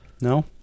No